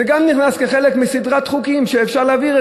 זה גם נכנס כחלק מסדרת חוקים שאפשר להעביר.